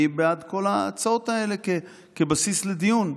אני בעד כל ההצעות האלה כבסיס לדיון.